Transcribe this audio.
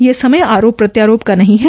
यह समय आरोप प्रत्यारोप का नहीं है